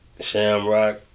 Shamrock